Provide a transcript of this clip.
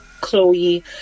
Chloe